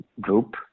group